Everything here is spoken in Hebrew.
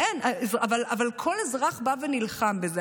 אבל כל אזרח בא ונלחם בזה.